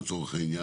לצורך העניין,